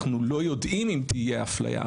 ואנחנו לא יודעים אם תהיה אפליה.